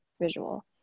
visual